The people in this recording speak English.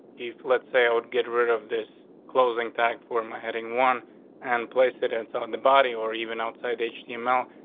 if, let's say i would get rid of this closing tax for my heading one and place it, it's and so on the body or even outside h e mail,